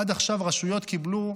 עד עכשיו רשויות קיבלו,